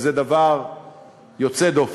שזה דבר יוצא דופן.